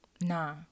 Nah